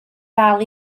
dal